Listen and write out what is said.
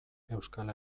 euskal